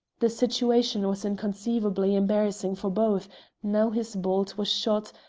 the situation was inconceivably embarrassing for both now his bolt was shot,